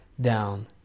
down